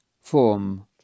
form